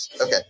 Okay